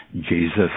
Jesus